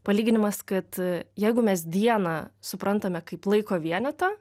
palyginimas kad jeigu mes dieną suprantame kaip laiko vienetą